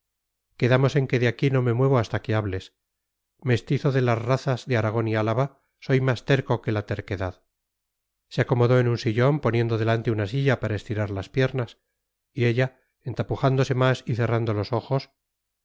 quedamos en que de aquí no me muevo hasta que hables mestizo de las razas de aragón y álava soy más terco que la terquedad se acomodó en un sillón poniendo delante una silla para estirar las piernas y ella entapujándose más y cerrando los ojos